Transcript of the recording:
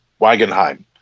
Wagenheim